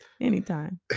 Anytime